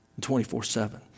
24-7